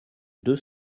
deux